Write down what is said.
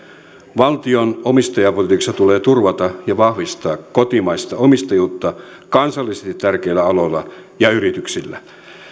valtion omistajapolitiikalla tulee turvata ja vahvistaa kotimaista omistajuutta kansallisesti tärkeillä aloilla ja yrityksissä